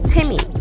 Timmy